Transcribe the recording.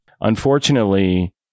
Unfortunately